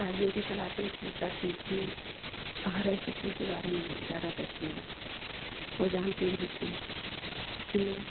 राजनीति चलाती थीं करती थीं हर किसी के बारे में ज़्यादातर के वह जानती भी थीं कि